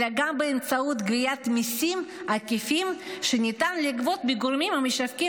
אלא גם באמצעות גביית מיסים עקיפים שניתן לגבות מגורמים המשווקים